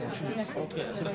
בחרנו